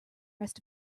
rest